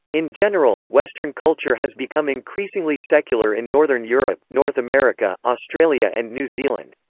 in general, western culture has become increasingly secular in northern europe, north america, australia and new zealand.